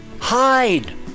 hide